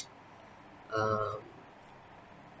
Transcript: uh